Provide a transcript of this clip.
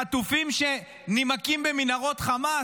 חטופים שנמקים במנהרות חמאס.